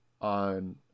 on